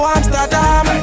Amsterdam